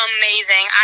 amazing